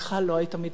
לא היית מתבלבל.